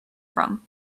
from